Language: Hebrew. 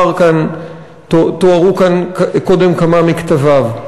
שתוארו כאן קודם כמה מכתביו.